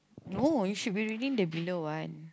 no you should be reading the greener one